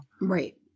Right